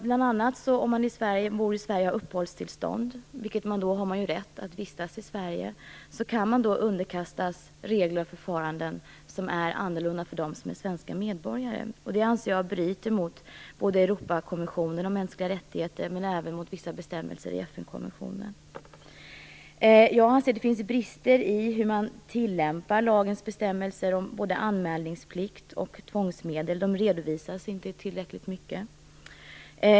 Bl.a. om man bor i Sverige och har uppehållstillstånd - och då har man ju rätt att vistas i Sverige - kan man underkastas andra regler och förfaranden än dem som gäller svenska medborgare, och det anser jag bryter både mot Europakonventionen om mänskliga rättigheter och även mot vissa bestämmelser i FN-konventionen. Jag anser att det finns brister i hur man tillämpar lagens bestämmelser om både anmälningsplikt och tvångsmedel. De redovisas inte tillräckligt mycket.